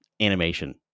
animation